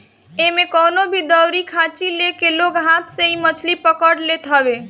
एमे कवनो भी दउरी खाची लेके लोग हाथ से ही मछरी पकड़ लेत हवे